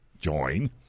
join